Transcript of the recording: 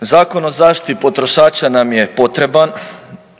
Zakon o zaštiti potrošača nam je potreban,